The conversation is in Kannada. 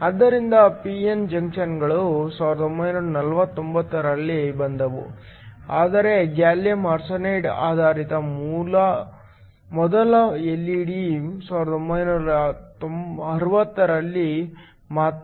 ಆದ್ದರಿಂದ ಪಿ ಎನ್ ಜಂಕ್ಷನ್ಗಳು 1949 ರಲ್ಲಿ ಬಂದವು ಆದರೆ ಗ್ಯಾಲಿಯಮ್ ಆರ್ಸೆನೈಡ್ ಆಧಾರಿತ ಮೊದಲ ಎಲ್ಇಡಿ 1960 ರಲ್ಲಿ ಮಾತ್ರ